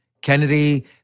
Kennedy